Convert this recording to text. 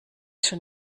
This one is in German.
schon